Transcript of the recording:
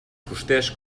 fusters